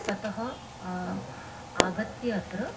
ततः आगत्य अत्र